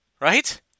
right